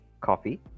coffee